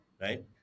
Right